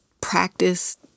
practice